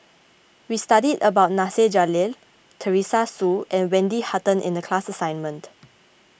we studied about Nasir Jalil Teresa Hsu and Wendy Hutton in the class assignment